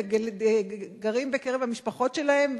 וגרים בקרב המשפחות שלהם,